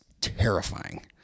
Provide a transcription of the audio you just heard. terrifying